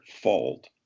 fault